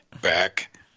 back